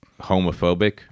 homophobic